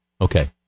Okay